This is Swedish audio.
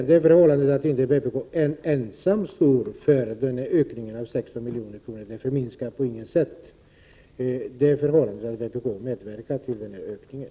Det förhållandet att vpk inte ensamt står för ökningen med 16 milj.kr. förminskar på intet sätt värdet av att vpk har medverkat till ökningen.